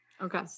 Okay